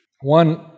One